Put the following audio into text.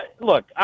look